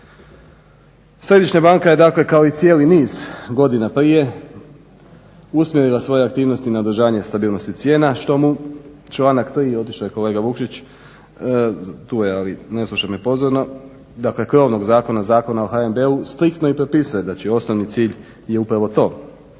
Središnja banka je dakle kao i cijeli niz godina prije usmjerila svoje aktivnosti na održavanje stabilnosti cijena što mu članak 3., otišao je kolega Vukšić, tu je ali ne sluša me pozorno, dakle krovnog zakona, Zakona o HNB-u, striktno i propisuje. Znači, osnovni cilj je upravo to